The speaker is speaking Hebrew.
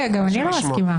גם אני לא מסכימה.